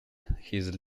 his